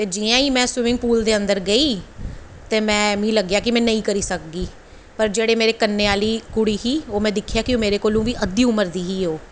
ते जियां गै में स्विमिंग पूल दे अन्दर गेई ते मिगी लग्गेआ कि में नेंई करी सकगी पर जेह्ड़ी मेरी कन्नें आह्ली कुड़ी ही ओह् मेरे कोलूं अध्दी उमर दी ही ओह्